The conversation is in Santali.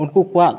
ᱩᱱᱠᱩ ᱠᱚᱣᱟᱜ